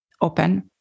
open